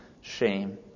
shame